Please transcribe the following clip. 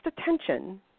attention